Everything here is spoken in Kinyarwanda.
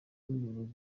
n’umuyobozi